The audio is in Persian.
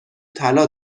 طلا